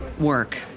work